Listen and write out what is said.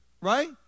right